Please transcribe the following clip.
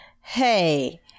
hey